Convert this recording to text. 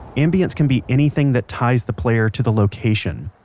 ambience can be anything that ties the player to the location.